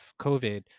COVID